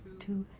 to